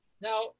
Now